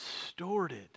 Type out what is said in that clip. distorted